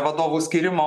vadovų skyrimo